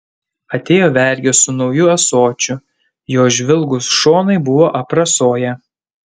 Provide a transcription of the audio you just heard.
atėjo vergė su nauju ąsočiu jo žvilgūs šonai buvo aprasoję